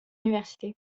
l’université